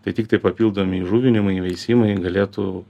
tai tiktai papildomi įžuvinimai veisimai galėtų